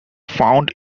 found